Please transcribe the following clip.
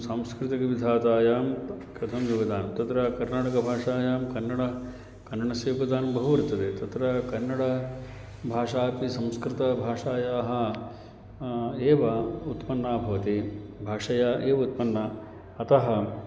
सांस्कृतिक विधातायां कथं योगदानं तत्र कर्नाटकभाषायां कन्नड कन्नडस्य योगदानं बहु वर्तते तत्र कन्नड भाषा अपि संस्कृतभाषायाः एव उत्पन्ना भवति भाषया एव उत्पन्ना अतः